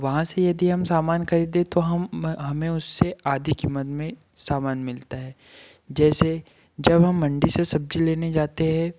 वहाँ से यदि हम सामान खरीदते हैं तो हम म हमें उससे आधी कीमत में सामान मिलता है जैसे जब हम मंडी से सब्जी लेने जाते हैं